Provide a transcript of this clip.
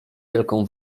wielką